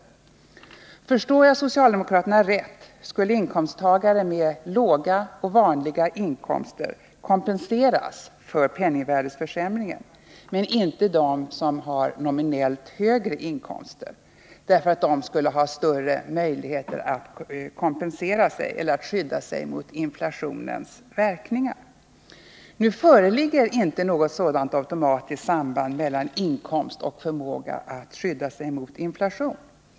Om jag förstår socialdemokraterna rätt skulle inkomsttagare med låga och vanliga inkomster kompenseras för penningvärdeförsämringen; däremot inte de inkomsttagare som har nominellt högre inkomster, därför att dessa skulle ha bättre möjligheter att skydda sig mot inflationens verkningar. Nu föreligger inte något sådant automatiskt samband mellan inkomst och förmåga att skydda sig mot inflationen.